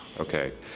okay,